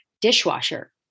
dishwasher